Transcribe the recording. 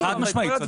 חד משמעית.